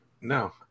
no